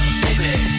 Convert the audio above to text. baby